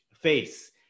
face